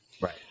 right